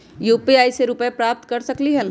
UPI से रुपए प्राप्त कर सकलीहल?